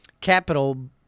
capital